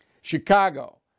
Chicago